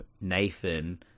nathan